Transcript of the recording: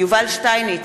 יובל שטייניץ,